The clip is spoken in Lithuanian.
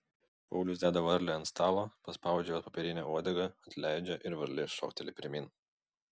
paulius deda varlę ant stalo paspaudžia jos popierinę uodegą atleidžia ir varlė šokteli pirmyn